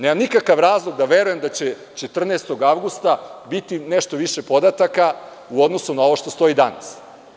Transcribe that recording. Nemam nikakav razlog da verujem da će 14. avgusta biti nešto više podataka u odnosu na ovo što stoji danas.